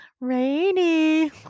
Rainy